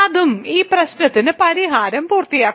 അതും ഈ പ്രശ്നത്തിന്റെ പരിഹാരം പൂർത്തിയാക്കുന്നു